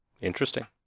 Interesting